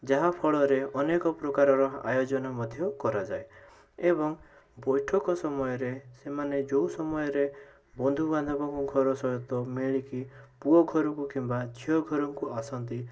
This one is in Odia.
ଯାହା ଫଳରେ ଅନେକପ୍ରକାରର ଆୟୋଜନ ମଧ୍ୟ କରାଯାଏ ଏବଂ ବୈଠକ ସମୟରେ ସେମାନେ ଯେଉଁ ସମୟରେ ବନ୍ଧୁବାନ୍ଧବଙ୍କ ଘର ସହିତ ମିଶିକି ପୁଅ ଘରକୁ କିମ୍ବା ଝିଅ ଘରକୁ ଆସନ୍ତି